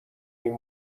این